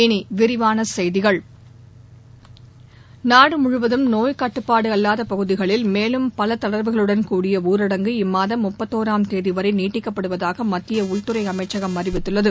இனி விரிவான செய்திகள் நாடு முழுவதும் நோய் கட்டுப்பாடு அல்லாத பகுதிகளில் மேலும் பல தளர்வுகளுடன் கூடிய ஊரடங்கு இம்மூதம் முப்பத்தோராம் தேதிவரை நீட்டிக்கப்படுவதாக மத்திய உள்துறை அமைச்சகம் அறிவித்துள்ளது